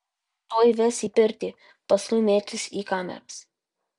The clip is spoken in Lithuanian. tuoj ves į pirtį paskui mėtys į kameras